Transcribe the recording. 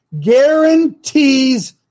guarantees